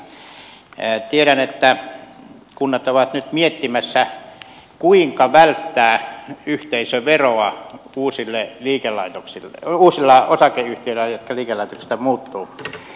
tiedän että kunnat ovat nyt miettimässä kuinka välttää yhteisöveroa uusissa osakeyhtiöissä jotka liikelaitoksista muuttuvat